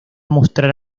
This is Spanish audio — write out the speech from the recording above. mostrar